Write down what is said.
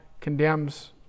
condemns